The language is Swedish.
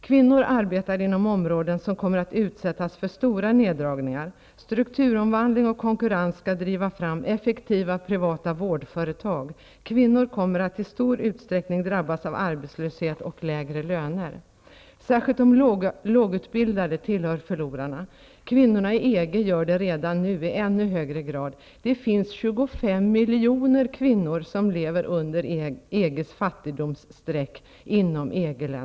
Kvinnor arbetar inom områden som kommer att utsättas för stora neddragningar. Strukturomvandling och konkurrens skall driva fram effektiva privata vårdföretag. Kvinnor kommer att i stor utsträckning drabbas av arbetslöshet och lägre löner. Särskilt de lågutbildade tillhör förlorarna. Kvinnorna i EG gör det redan nu i ännu högre grad. Det finns i EG-länderna 25 miljoner kvinnor som lever under EG:s fattigdomsstreck.